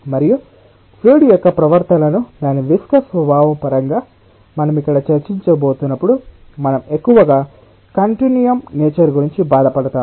మరియు ఫ్లూయిడ్ యొక్క ప్రవర్తనను దాని విస్కస్ స్వభావం పరంగా మనం ఇక్కడ చర్చించబోతున్నప్పుడు మనం ఎక్కువగా కంటిన్యూయం నేచర్ గురించి బాధపడతాము